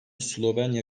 slovenya